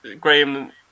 Graham